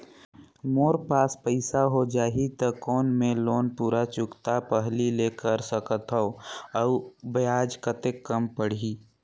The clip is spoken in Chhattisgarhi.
मोर पास पईसा हो जाही त कौन मैं लोन पूरा चुकता पहली ले कर सकथव अउ ब्याज कतेक कम पड़ही?